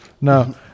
No